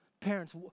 Parents